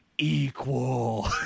equal